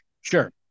sure